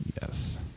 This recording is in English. yes